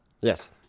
Yes